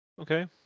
Okay